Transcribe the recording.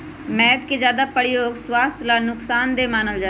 मैद के ज्यादा प्रयोग स्वास्थ्य ला नुकसान देय मानल जाहई